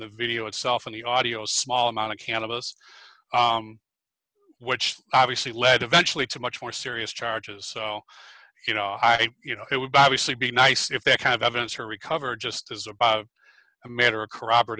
the video itself in the audio small amount of cannabis which obviously led eventually to much more serious charges so you know i you know it would obviously be nice if that kind of evidence are recovered just as a matter of corroborat